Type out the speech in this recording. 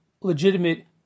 legitimate